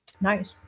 Nice